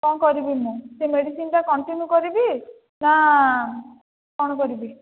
କ'ଣ କରିବି ମୁଁ ସେ ମେଡ଼ିସିନଟା କଣ୍ଟିନ୍ୟୁ କରିବି ନା କ'ଣ କରିବି